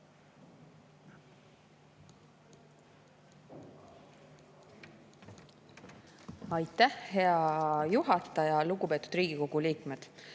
Aitäh, hea juhataja! Lugupeetud Riigikogu liikmed!